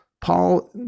Paul